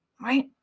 right